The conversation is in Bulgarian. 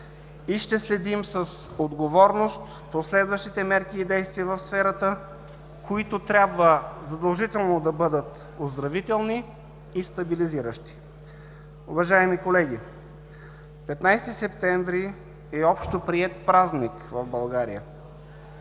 и ще следим с отговорност последващите мерки и действия в сферата, които трябва задължително да бъдат оздравителни и стабилизиращи. Уважаеми колеги, 15 септември е общоприет празник в България.